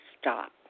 stop